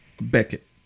Beckett